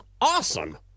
awesome